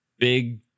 big